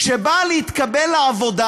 כשנהג מקצועי בא להתקבל לעבודה,